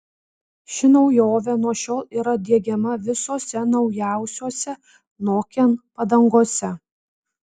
ši naujovė nuo šiol yra diegiama visose naujausiose nokian padangose